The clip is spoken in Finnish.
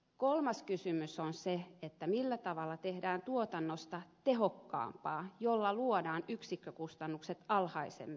kolmas kysymys on se millä tavalla tehdään tuotannosta tehokkaampaa jotta luodaan yksikkökustannuksista alhaisempia